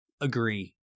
agree